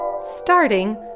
starting